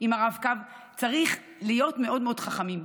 עם הרב-קו צריך להיות מאוד מאוד חכמים,